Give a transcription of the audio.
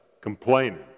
complaining